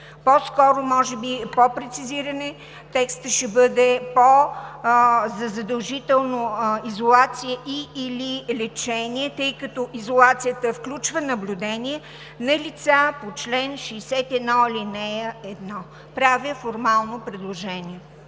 По-скоро може би по-прецизирано текстът ще бъде за задължителна изолация и/или лечение, тъй като изолацията включва наблюдение на лица по чл. 61, ал. 1. Правя формално предложение.